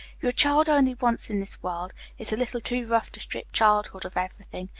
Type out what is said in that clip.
you're a child only once in this world it's a little too rough to strip childhood of everything.